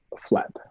fled